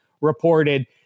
reported